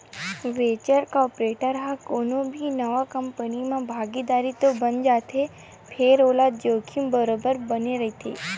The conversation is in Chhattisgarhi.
वेंचर केपिटल ह कोनो भी नवा कंपनी म भागीदार तो बन जाथे फेर ओला जोखिम बरोबर बने रहिथे